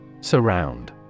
Surround